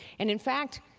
and in fact,